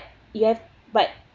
you have but